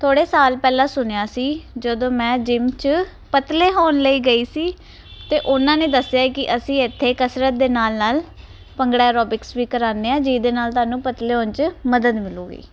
ਥੋੜੇ ਸਾਲ ਪਹਿਲਾਂ ਸੁਣਿਆ ਸੀ ਜਦੋਂ ਮੈਂ ਜਿਮ ਚ ਪਤਲੇ ਹੋਣ ਲਈ ਗਈ ਸੀ ਤੇ ਉਹਨਾਂ ਨੇ ਦੱਸਿਆ ਕਿ ਅਸੀਂ ਇੱਥੇ ਕਸਰਤ ਦੇ ਨਾਲ ਨਾਲ ਭੰਗੜਾ ਰੋਪਿਕਸ ਵੀ ਕਰਾਨੇ ਆ ਜਿਹਦੇ ਨਾਲ ਤੁਹਾਨੂੰ ਪਤਲੇ ਹੋਣ ਚ ਮਦਦ ਮਿਲੂਗੀ